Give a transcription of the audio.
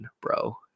bro